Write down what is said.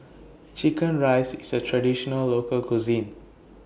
Chicken Rice IS A Traditional Local Cuisine